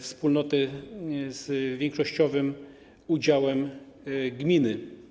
wspólnoty z większościowym udziałem gminy.